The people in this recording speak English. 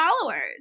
followers